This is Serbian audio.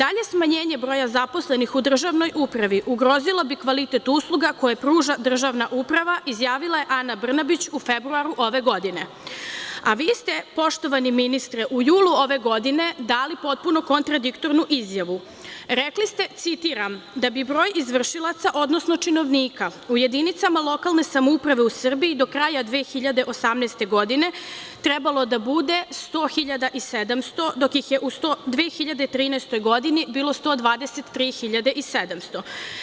Dalje smanjenje broja zaposlenih u državnoj upravi ugrozila bi kvalitet usluga koje pruža državna uprava, izjavila je Ana Brnabić u februaru ove godine, a vi ste, poštovani ministre u julu ove godine dali potpuno kontradiktornu izjavu i rekli ste, citiram: „Da bi broj izvršilaca, odnosno činovnika u jedinicama lokalne samouprave u Srbiji do kraja 2018. godine trebalo da bude stohiljadaisedamsto, dok ih je 2013. godine bilo 123.700.